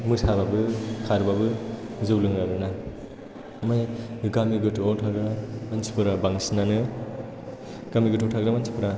मोसाबाबो खारबाबो जौ लोङो आरोना ओमफ्राय गामि गोथौआव थाग्रा मानसिफोरा बांसिनानो गामि गोथौआव थाग्रा मानसिफोरा